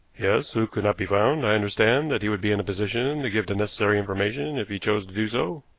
yes, who cannot be found. i understand that he would be in a position to give the necessary information if he chose to do so?